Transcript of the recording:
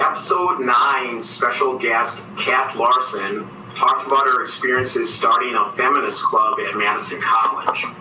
so nine's special guest cat larsen talked about her experiences starting a feminist club at madison college.